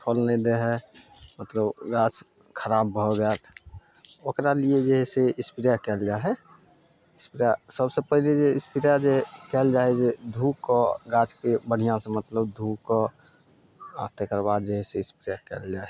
फल नहि दै हइ मतलब गाछ खराब भऽ गेल ओकरा लिये जे हइ से स्प्रे कयल जाइ हइ स्प्रे सबसँ पहिले जे स्प्रे कयल जाइ हइ जे धू कऽ गाछके बढ़िआँसँ मतलब धो कऽ आओर तकर बाद जे हइ से स्प्रे कयल जाइ हइ